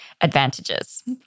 advantages